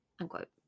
Unquote